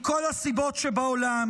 תודה רבה.